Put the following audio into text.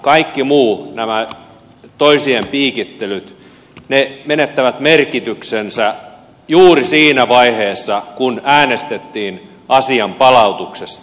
kaikki muu nämä toisien piikittelyt menetti merkityksensä juuri siinä vaiheessa kun äänestettiin asian palautuksesta